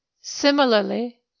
Similarly